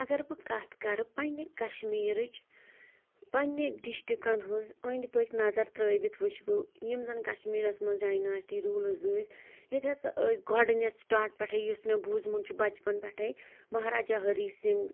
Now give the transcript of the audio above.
اَگر بہٕ کَتھ کَرٕ پنٛنہِ کَشمیٖرٕچ پنٛنہِ ڈِسٹرکَن ہٕنٛز أنٛدۍ پٔتۍ نظر ترٛٲوِتھ وٕچھ بہٕ یِم زَن کَشمیٖرَس منٛز ڈایناسٹی روٗلٕز ٲسۍ ییٚتہِ ہسا ٲسۍ گۄڈٕنٮ۪تھ سِٹاٹ پٮ۪ٹھ یُس مےٚ بوزمُت چھُ بَچپَن پٮ۪ٹھَے مہاراجا ہری سِنٛگھ